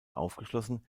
aufgeschlossen